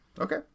Okay